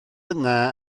yna